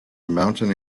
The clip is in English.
mountain